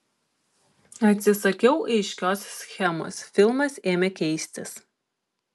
atsisakiau aiškios schemos filmas ėmė keistis